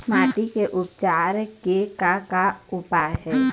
माटी के उपचार के का का उपाय हे?